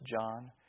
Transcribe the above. John